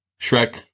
Shrek